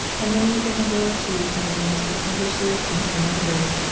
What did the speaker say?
and many of the nobility and of the most distinguished citizens were members.